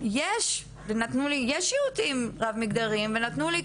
יש שירותים רב מגדריים.." ונתנו לי